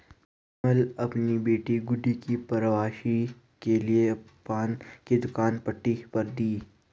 विमला अपनी बेटी गुड्डू की परवरिश के लिए पान की दुकान पट्टे पर दी